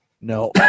No